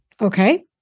okay